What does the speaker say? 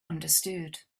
understood